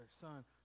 Son